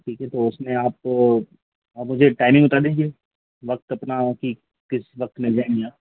ठीक है तो उसमें आप आप मुझे टाइमिंग बता दीजिए वक्त अपना कि किस वक्त मिल जाएँगे आप